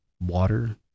water